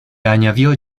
añadió